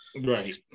Right